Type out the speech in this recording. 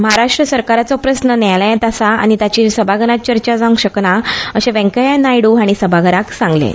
महाराष्ट्र सरकाराचो प्रस्न न्यायालयांत आसा आनी ताचेर सभाघरांत चर्चा जावंक शकना अशें नायडू हांणी सभाघराक सांगलें